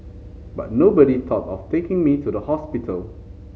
but nobody thought of taking me to the hospital